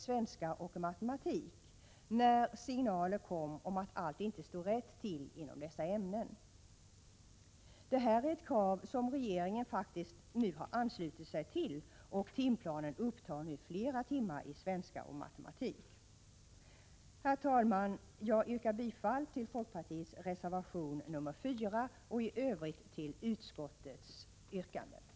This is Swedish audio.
svenska och matematik, när signaler kom om att allt inte stod rätt till inom dessa ämnen. Det här är ett krav som regeringen nu faktiskt har anslutit sig till, och timplanen upptar fler timmar i svenska och matematik. Herr talman! Jag yrkar bifall till folkpartiets reservation nr 4 och i övrigt bifall till utskottets hemställan.